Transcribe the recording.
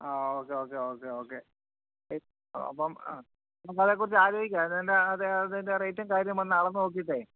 ആ okay okay okay okay അപ്പം ആ നമ്മളതേക്കുറിച്ച് ആലോചിക്കാം എൻ്റെ അത് അതിൻ്റെ റേറ്റും കാര്യം വന്ന് അളന്നു നോക്കിയിട്ടേ